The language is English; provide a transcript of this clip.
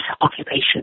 occupation